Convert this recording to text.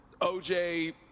OJ